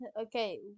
okay